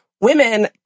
Women